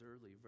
early